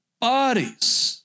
bodies